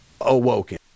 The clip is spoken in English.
awoken